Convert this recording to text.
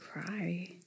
cry